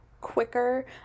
quicker